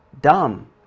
dumb